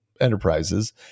enterprises